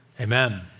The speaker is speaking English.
Amen